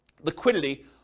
liquidity